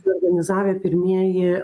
suorganizavę pirmieji